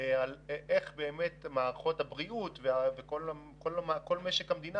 איך באמת מערכות הבריאות וכל משק המדינה